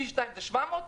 פי שניים זה 700,